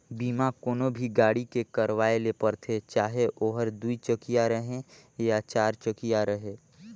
बीमा कोनो भी गाड़ी के करवाये ले परथे चाहे ओहर दुई चकिया रहें या चार चकिया रहें